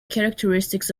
characteristics